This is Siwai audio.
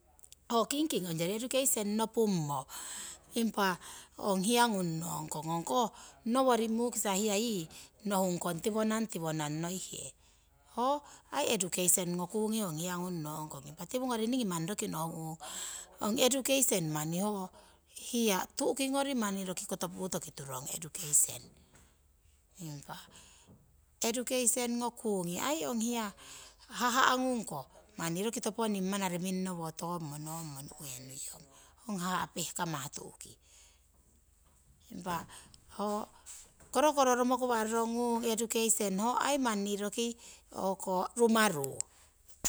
Ho kingking ong kori education nepung mo impah ong hia gung no kong, ong koh nowori yi mukisah nohung kong tiwoning tiworung noi he. Ho aii education ko kukie ong hia kung no rung kong. Tiwo kori aii ong education nike manni roki noh ku hia túkikori o'kikoto túrong. Education ko kukie ko aii ong hahuh manni toponing norummo nuye nuie yong. Ho hahuh pehkora no nawah. Impa ho korokoro rommokauah roroku kung aii ong education aii manni roki rumaru.